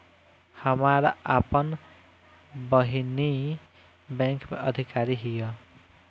हमार आपन बहिनीई बैक में अधिकारी हिअ